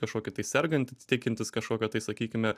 kažkokį tai sergantį tikintis kažkokio tai sakykime